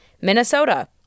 Minnesota